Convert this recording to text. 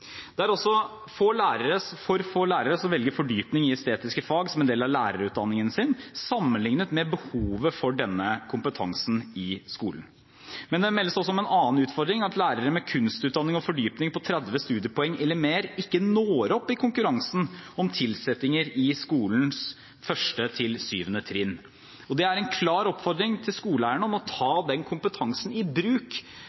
Det er også for få lærere som velger fordypning i estetiske fag som en del av lærerutdanningen sin sammenlignet med behovet for denne kompetansen i skolen. Det meldes også om en annen utfordring: at lærere med kunstutdanning og fordypning på 30 studiepoeng eller mer ikke når opp i konkurransen om tilsettinger i skolens 1. til 7. trinn. Det er en klar oppfordring til skoleeierne om å ta den kompetansen i bruk